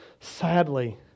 sadly